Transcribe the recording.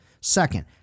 Second